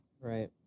Right